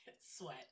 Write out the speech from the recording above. sweat